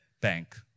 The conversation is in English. bank